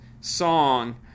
song